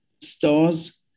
stores